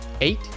eight